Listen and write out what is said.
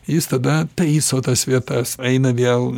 jis tada taiso tas vietas eina vėl